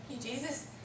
Jesus